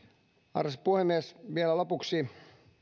arvoisa puhemies vielä lopuksi